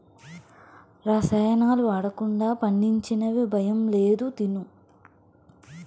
రసాయనాలు వాడకుండా పండించినవి భయం లేదు తిను